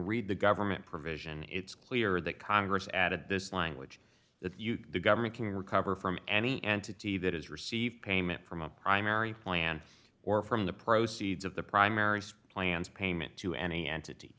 read the government provision it's clear that congress added this language that the government can recover from any entity that has received payment from a primary plan or from the proceeds of the primary plan's payment to any entity